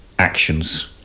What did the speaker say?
Actions